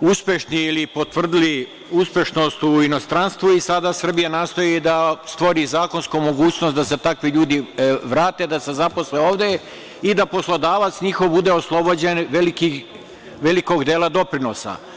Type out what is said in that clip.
uspešni ili potvrdili uspešnost u inostranstvu i sada Srbija nastoji da stvori zakonsku mogućnost da se takvi ljudi vrate i zaposle ovde i da njihov poslodavac bude oslobođen velikog dela doprinosa.